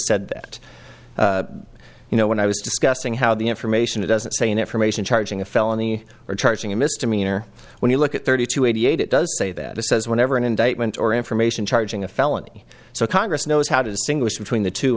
said that you know when i was discussing how the information it doesn't say in information charging a felony or charging a misdemeanor when you look at thirty two eighty eight it does say that it says whenever an indictment or information charging a felony so congress knows how to distinguish between the two